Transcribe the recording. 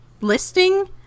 listing